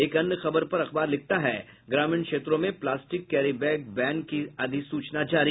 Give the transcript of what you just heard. एक अन्य खबर पर अखबार लिखता है ग्रामीण क्षेत्रों में प्लास्टिक कैरी बैग बेन की अधिसूचना जारी